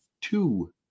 two